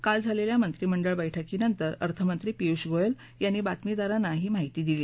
काल झालेल्या मंत्रिमंडळ बैठकीनंतर अर्थमंत्री पियुष गोयल यांनी बातमीदारांना ही माहिती दिली